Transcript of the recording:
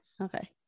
Okay